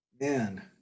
man